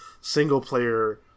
single-player